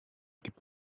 gibt